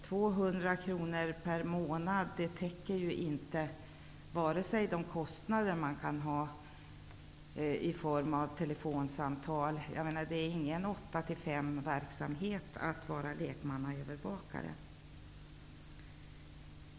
200 kronor per månad täcker inte ens de kostnader man kan ha för telefonsamtal. Jag menar att det inte är någon åtta till femverksamhet att vara lekmannaövervakare.